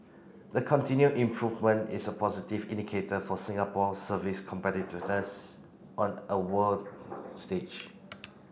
the continued improvement is a positive indicator for Singapore's service competitiveness on a world stage